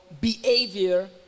behavior